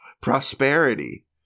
prosperity